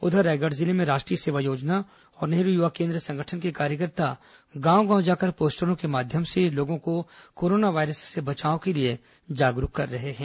उधर रायगढ़ जिले में राष्ट्रीय सेवा योजना और नेहरू युवा केन्द्र संगठन के कार्यकर्ता गांव गांव जाकर पोस्टरों के माध्यम से लोगों को कोरोना वायरस से बचाव के लिए जागरूक कर रहे हैं